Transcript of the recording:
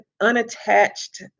unattached